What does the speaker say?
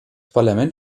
parlament